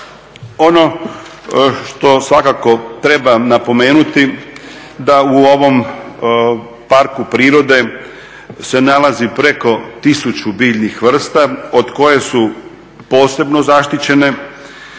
Ono što svakako treba napomenuti da u ovom parku prirode se nalazi preko tisuću biljnih vrsta od koje su posebno zaštićene,